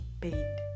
paid